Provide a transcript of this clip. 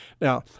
Now